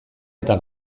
eta